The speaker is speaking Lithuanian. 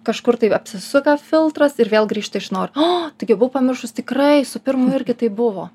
kažkur tai apsisuka filtras ir vėl grįžta iš naujo ah taigi buvau pamiršus tikrai su pirmu irgi taip buvo